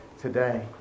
today